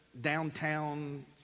downtown